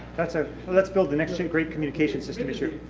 it's a let's build the next great communication system issue.